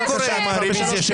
מה אתה לא מבין?